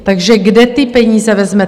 Takže kde ty peníze vezmete?